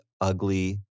ugly